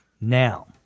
Now